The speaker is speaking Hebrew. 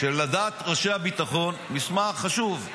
שלדעת ראשי הביטחון הוא מסמך חשוב.